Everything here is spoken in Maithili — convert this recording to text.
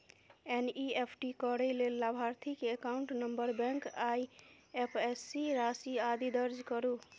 एन.ई.एफ.टी करै लेल लाभार्थी के एकाउंट नंबर, बैंक, आईएपएससी, राशि, आदि दर्ज करू